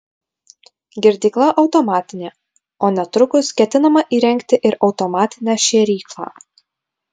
girdykla automatinė o netrukus ketinama įrengti ir automatinę šėryklą